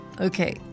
Okay